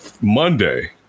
Monday